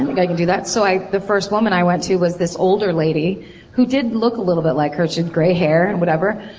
i can do that. so i. the first woman i went to was this older lady who did look a little bit like her. she had gray hair. and whatever.